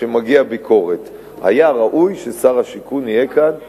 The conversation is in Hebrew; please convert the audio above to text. כשמגיע ביקורת היה ראוי ששר השיכון יהיה כאן להשיב.